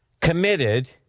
committed